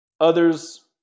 others